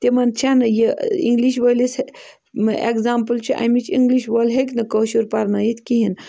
تِمَن چھَنہٕ یہِ اِنٛگلِش وٲلِس اٮ۪گزامپٕل چھِ اَمِچ اِنٛگلِش وول ہیٚکہِ نہٕ کٲشُر پَرنٲیِتھ کِہیٖنۍ